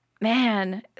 man